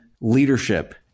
leadership